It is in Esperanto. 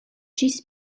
ĝis